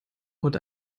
heute